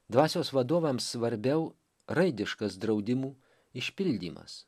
dvasios vadovams svarbiau raidiškas draudimų išpildymas